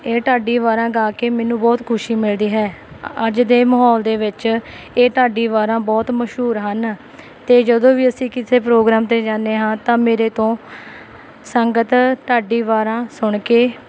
ਇਹ ਢਾਡੀ ਵਾਰਾਂ ਗਾ ਕੇ ਮੈਨੂੰ ਬਹੁਤ ਖੁਸ਼ੀ ਮਿਲਦੀ ਹੈ ਅੱਜ ਦੇ ਮਾਹੌਲ ਦੇ ਵਿੱਚ ਇਹ ਢਾਡੀ ਵਾਰਾਂ ਬਹੁਤ ਮਸ਼ਹੂਰ ਹਨ ਅਤੇ ਜਦੋਂ ਵੀ ਅਸੀਂ ਕਿਸੇ ਪ੍ਰੋਗਰਾਮ 'ਤੇ ਜਾਂਦੇ ਹਾਂ ਤਾਂ ਮੇਰੇ ਤੋਂ ਸੰਗਤ ਢਾਡੀ ਵਾਰਾਂ ਸੁਣ ਕੇ